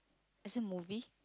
is it movie